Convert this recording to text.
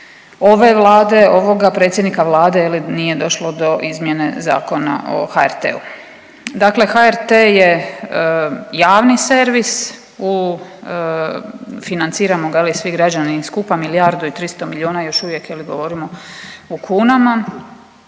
ove Vlade, ovoga predsjednika Vlade je li nije došlo do izmjene Zakona o HRT-u. Dakle HRT je javni servis, financiramo ga je li svi građani skupa, milijardu i 300 milijuna još uvijek je li govorimo u kunama,